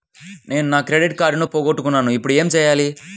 నేను నా క్రెడిట్ కార్డును పోగొట్టుకున్నాను ఇపుడు ఏం చేయాలి?